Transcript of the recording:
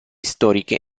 storiche